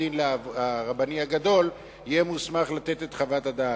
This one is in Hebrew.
בית-הדין הרבני הגדול יהיה מוסמך לתת את חוות הדעת.